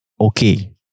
okay